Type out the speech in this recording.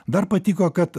dar patiko kad